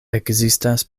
ekzistas